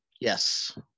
Yes